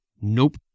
Nope